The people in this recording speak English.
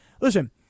listen